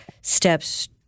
steps